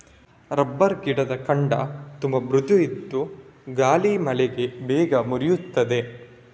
rubber ಗಿಡದ ಕಾಂಡ ತುಂಬಾ ಮೃದು ಇದ್ದು ಗಾಳಿ ಮಳೆಗೆ ಬೇಗ ಮುರೀತದೆ